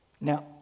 now